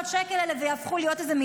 את 700 השקלים האלה ויהפכו להיות מיליונרים.